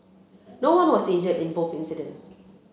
no one was injured in both incident